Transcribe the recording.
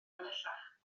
ymhellach